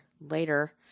later